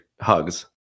Hugs